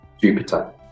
Jupiter